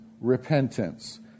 repentance